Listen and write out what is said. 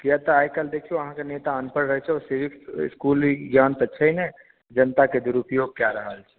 किया तऽ आइ काल्हि देखियो अहाँकेॅं नेता अनपढ़ रहै छै सिविक्स इसकुली ज्ञान तऽ छै नहि जनताकेॅं दुरुपयोग कए रहल छै